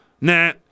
Nah